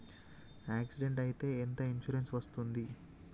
Accident అయితే ఎంత insurance వస్తది?